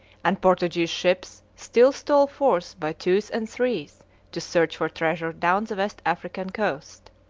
and portuguese ships still stole forth by twos and threes to search for treasure down the west african coast.